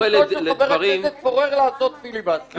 לכבד את זכותו של חבר הכנסת פורר לעשות פיליבסטר.